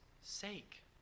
sake